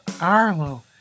Arlo